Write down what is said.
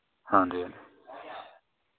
हां जी